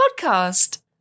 podcast